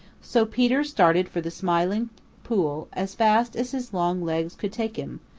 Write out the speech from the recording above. so peter started for the smiling pool as fast as his long legs could take him,